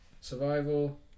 survival